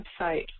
website